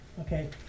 okay